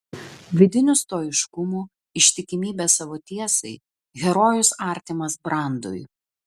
vidiniu stoiškumu ištikimybe savo tiesai herojus artimas brandui